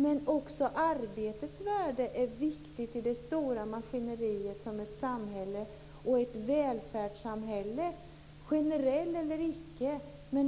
Men också arbetets värde är viktigt i det stora maskineri som ett samhälle och ett välfärdssamhälle är, generellt eller icke.